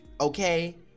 Okay